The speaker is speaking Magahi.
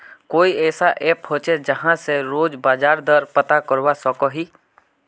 कोई ऐसा ऐप होचे जहा से रोज बाजार दर पता करवा सकोहो ही?